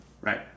Right